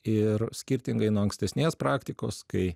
ir skirtingai nuo ankstesnės praktikos kai